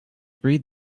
breed